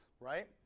right